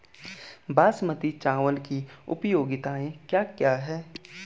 बासमती चावल की उपयोगिताओं क्या क्या हैं?